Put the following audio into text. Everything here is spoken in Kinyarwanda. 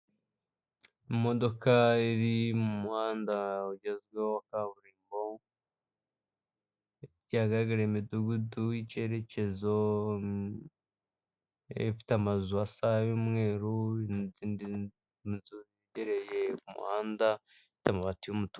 Imodoka iri mu muhanda ugezweho wa kaburimbo, hagaragara imidugudu y'icyerekezo, ifite amazu asa y'umweru, n'iyindi nzu yegereye umuhanda, ifite amabati y'umutuku.